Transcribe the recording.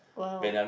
!wow!